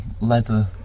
leather